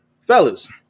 fellas